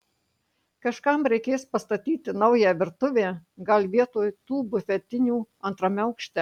kažkam reikės pastatyti naują virtuvę gal vietoj tų bufetinių antrame aukšte